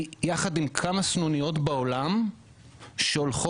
נמנית יחד עם כמה סנוניות בעולם שהולכות